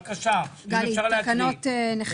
בבקשה, אם אפשר לקרוא את התקנות והצווים.